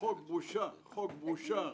חוק בושה, חוק בושה.